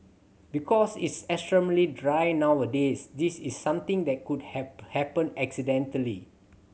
because it's extremely dry nowadays this is something that could have happened accidentally